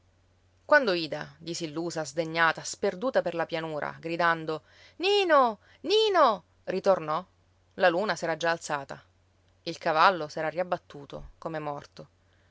quando ida disillusa sdegnata sperduta per la pianura gridando nino nino ritornò la luna s'era già alzata il cavallo s'era riabbattuto come morto